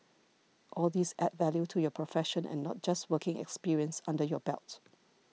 all these add value to your profession and not just working experience under your belt